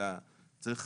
אלא צריך